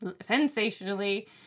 sensationally